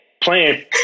playing